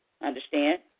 Understand